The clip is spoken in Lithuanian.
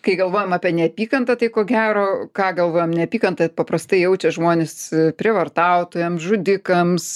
kai galvojam apie neapykantą tai ko gero ką galvojam neapykantą paprastai jaučia žmonės prievartautojam žudikams